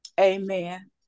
amen